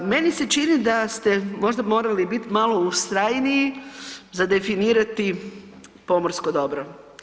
Meni se čini da ste možda morali biti malo ustrajniji za definirati pomorsko dobro.